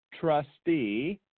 trustee